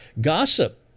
Gossip